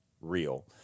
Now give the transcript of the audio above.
real